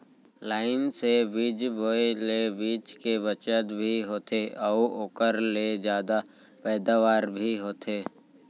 line से बीज बोए ले बीच के बचत भी होथे अउ ओकर ले जादा पैदावार भी होथे